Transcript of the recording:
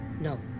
No